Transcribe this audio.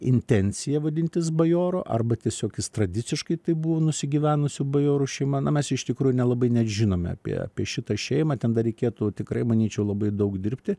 intenciją vadintis bajoru arba tiesiog jis tradiciškai tai buvo nusigyvenusių bajorų šeima na mes iš tikrųjų nelabai net žinome apie apie šitą šeimą ten dar reikėtų tikrai manyčiau labai daug dirbti